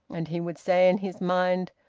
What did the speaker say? and he would say in his mind,